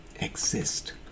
exist